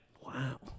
Wow